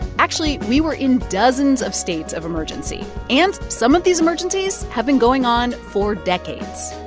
actually, we were in dozens of states of emergency, and some of these emergencies have been going on for decades